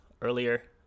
earlier